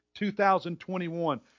2021